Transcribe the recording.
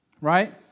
Right